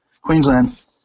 Queensland